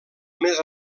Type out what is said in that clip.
més